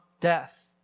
death